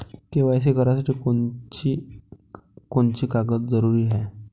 KYC करासाठी कोनची कोनची कागद जरुरी हाय?